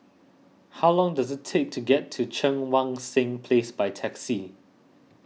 how long does it take to get to Cheang Wan Seng Place by taxi